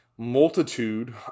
multitude